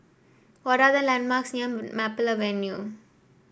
what are the landmarks near Maple Avenue